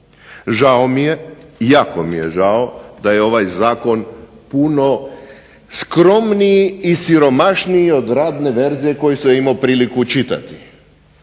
Žao mi je, jako mi je žao da je ovaj zakon puno skromniji i siromašniji od radne verzije koju sam imao priliku čitati,